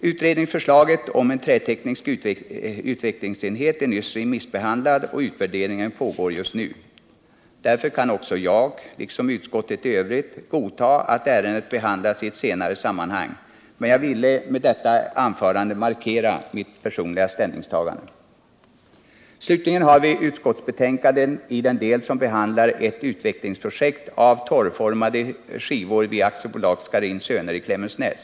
Utredningsförslaget om en träteknisk utvecklingsenhet är nyss remissbehandlat, och utvärderingen pågår just nu. Därför kan också jag, liksom utskottet i övrigt, godta att ärendet behandlas i ett senare sammanhang, men jag ville med detta anförande markera mitt personliga ställningstagande. Slutligen har vi den del av utskottsbetänkandet som behandlar ett utvecklingsprojekt rörande torrformade skivor vid AB Scharins Söner i Klemensnäs.